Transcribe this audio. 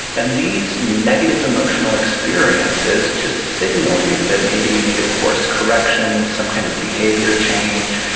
and these negative emotional experiences just signal you that maybe you need a course correction, some kind of behaviour change.